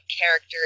character